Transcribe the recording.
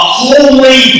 holy